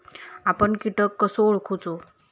आपन कीटक कसो ओळखूचो?